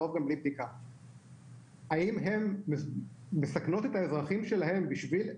אנחנו מסתכלים על ההתנהגות האפידמיולוגית שלו,